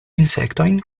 insektojn